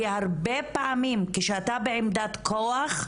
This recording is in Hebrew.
כי הרבה פעמים כשאתה בעמדת כוח,